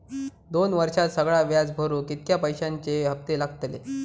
दोन वर्षात सगळा व्याज भरुक कितक्या पैश्यांचे हप्ते लागतले?